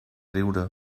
riure